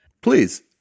Please